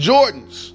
Jordans